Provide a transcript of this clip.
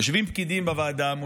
יושבים מולנו פקידים בוועדה,